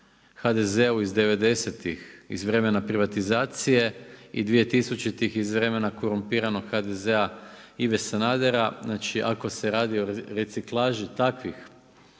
HDZ-u iz '90.-tih iz vremena privatizacije i 2000. iz vremena korumpiranog HDZ-a Ive Sanadera. Znači ako se radi o reciklaži takvih,